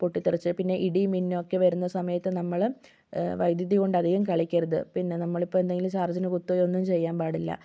പൊട്ടിത്തെറിച്ച് പിന്നെ ഇടി മിന്നലൊക്കെ വരുന്ന സമയത്ത് നമ്മൾ വൈദ്യുതി കൊണ്ട് അധികം കളിക്കരുത് പിന്നെ നമ്മളിപ്പോൾ എന്തെങ്കിലും ചാർജിന് കുത്തകയൊന്നും ചെയ്യാൻ പാടില്ല